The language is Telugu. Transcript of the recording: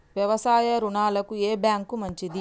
వ్యవసాయ రుణాలకు ఏ బ్యాంక్ మంచిది?